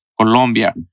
Colombia